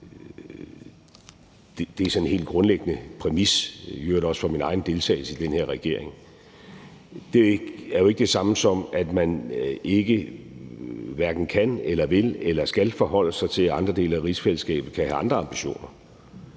Det er en sådan helt grundlæggende præmis, i øvrigt også for min egen deltagelse i den her regering. Det er jo ikke det samme, som at man ikke hverken kan eller vil eller skal forholde sig til, at andre dele af rigsfællesskabet kan have andre ambitioner.